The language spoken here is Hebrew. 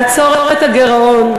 לעצור את הגירעון.